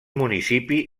municipi